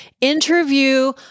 interview